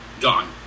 gone